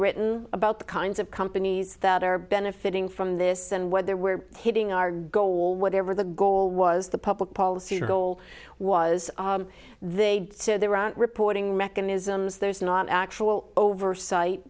written about the kinds of companies that are benefiting from this and whether we're hitting our goal whatever the goal was the public policy goal was they said they were reporting mechanisms there's not actual oversight